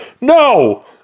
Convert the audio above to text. No